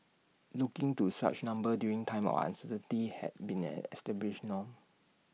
looking to such numbers during times of uncertainty has been an established norm